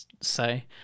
say